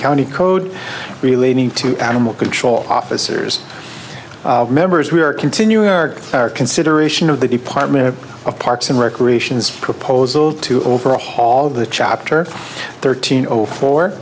county code relating to animal control officers members we are continuing our consideration of the department of parks and recreation is proposal to overhaul the chapter thirteen o